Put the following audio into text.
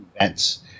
events